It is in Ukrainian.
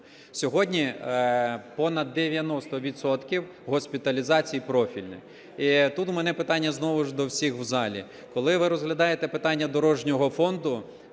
Сьогодні понад 90 відсотків госпіталізацій профільні. І тут у мене питання знову ж до всіх в залі. Коли ви розглядаєте питання дорожнього фонду,